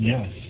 Yes